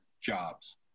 jobs